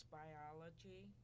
biology